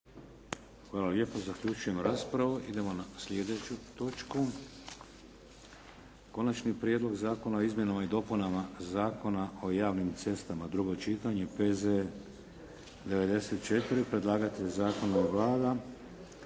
**Šeks, Vladimir (HDZ)** Idemo na sljedeću točku. - Konačni prijedlog Zakona o izmjenama i dopunama Zakona o javnim cestama, drugo čitanje, P.Z.E. br. 94 Predlagatelj zakona je Vlada.